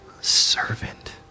servant